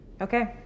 Okay